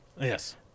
Yes